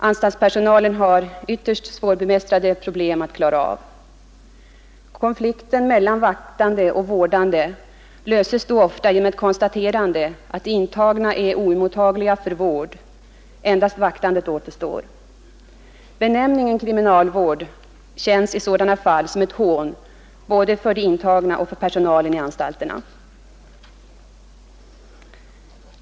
Anstaltspersonalen har ytterst svårbemästrade problem att klara av. Konflikten mellan vårdande och vaktande löses då ofta genom ett konstaterande att de intagna är oemottagliga för vård. Endast vaktandet återstår. Benämningen kriminalvård känns i sådana fall som ett hån både för de intagna och för personalen i anstalterna.